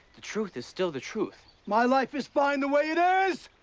the truth is still the truth. my life is fine the way it is!